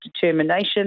determination